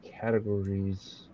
categories